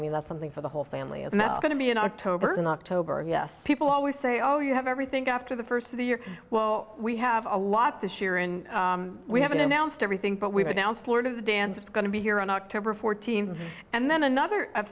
mean that's something for the whole family and that's going to be in october in october yes people always say oh you have everything after the first of the year well we have a lot this year and we haven't announced everything but we've announced lord of the dance it's going to be here on october fourteenth and then another